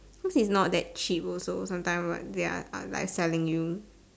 cause it's not that cheap also sometime what they're are like selling you